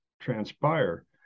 transpire